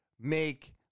make